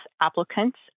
applicants